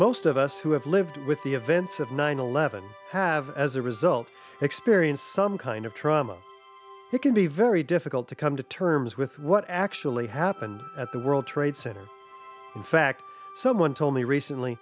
most of us who have lived with the events of nine eleven have as a result experienced some kind of trauma it can be very difficult to come to terms with what actually happened at the world trade center in fact someone told me recently